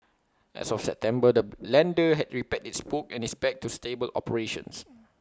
as of September the lender had repaired its books and is back to stable operations